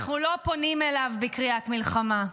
אנחנו לא פונים אליו בקריאת מלחמה.